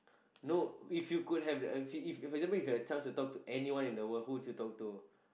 no if you could have the if for example you have a chance to talk to anyone in the world who would you talk to